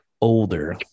older